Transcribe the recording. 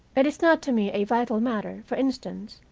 it is not to me a vital matter, for instance,